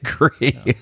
agree